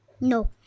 No